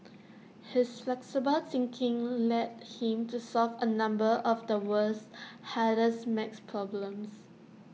his flexible thinking led him to solve A number of the world's hardest math problems